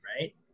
Right